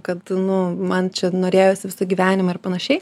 kad nu man čia norėjosi visą gyvenimą ir panašiai